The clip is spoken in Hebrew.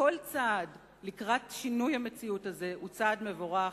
וכל צעד לקראת שינוי המציאות הזאת הוא צעד מבורך.